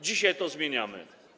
Dzisiaj to zmieniamy.